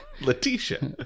Letitia